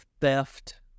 theft